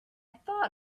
thought